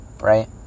right